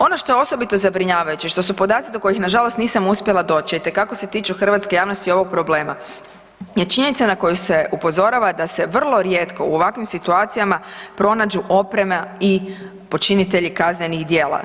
Ono što je osobito zabrinjavajuće što su podaci do kojih nažalost nisam uspjela doći, a itekako se tiču hrvatske javnosti i ovog problema je činjenica na koju se upozorava da se vrlo rijetko u ovakvim situacijama pronađu oprema i počinitelji kaznenih djela.